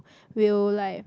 will like